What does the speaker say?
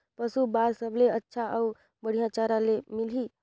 पशु बार सबले अच्छा अउ बढ़िया चारा ले मिलही?